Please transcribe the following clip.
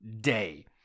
day